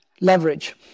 leverage